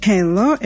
Hello